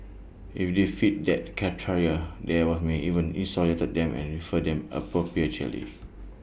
if they fit that criteria then we may even isolate them and refer them appropriately